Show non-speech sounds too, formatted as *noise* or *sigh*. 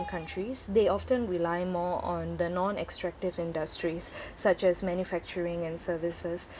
countries they often rely more on the non-extractive industries *breath* such as manufacturing and services